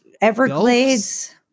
Everglades